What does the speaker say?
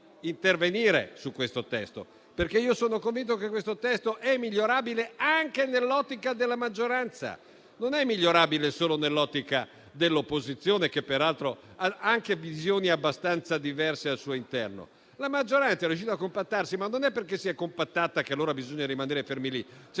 intervenire su questo testo. Sono convinto, infatti, che questo testo sia migliorabile anche nell'ottica della maggioranza. Non è migliorabile solo nell'ottica dell'opposizione, che peraltro ha anche visioni abbastanza diverse al suo interno. La maggioranza è riuscita a compattarsi, ma non è perché si è compattata che allora bisogna rimanere fermi. Cerchiamo